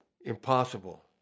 Impossible